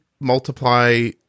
multiply –